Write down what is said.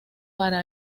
para